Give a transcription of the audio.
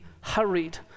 hurried